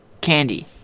candy